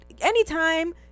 Anytime